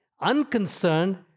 unconcerned